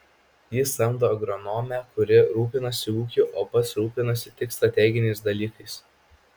jis samdo agronomę kuri rūpinasi ūkiu o pats rūpinasi tik strateginiais dalykais